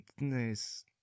nice